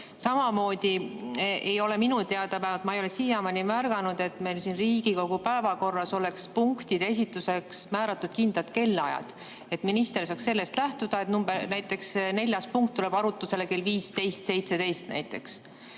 Samamoodi ei ole minu teada, vähemalt ma ei ole siiamaani märganud, et meil siin Riigikogu päevakorras oleks punktide esituseks määratud kindlad kellaajad, millest minister saaks lähtuda, et näiteks neljas punkt tuleb arutusele kell 15.17.